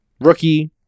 rookie